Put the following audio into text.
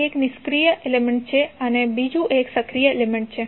એક નિષ્ક્રિય passive element છે અને બીજું એક સક્રિય એક્ટિવ એલિમેન્ટ છે